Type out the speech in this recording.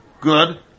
Good